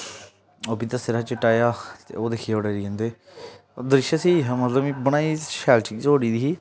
ओह् बी दस्से दा हा चिट्टा जेहा ओह् दिक्खियै बी डरी जंदे द्रिश्श स्हेई हा मतलब में बनाई शैल चीज ओड़ी दी ही